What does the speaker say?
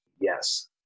Yes